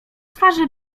twarzy